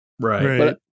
right